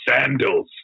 sandals